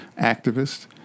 activist